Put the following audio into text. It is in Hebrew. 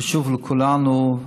חשוב לכולנו.